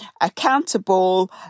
accountable